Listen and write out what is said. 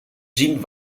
zien